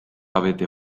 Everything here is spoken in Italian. avete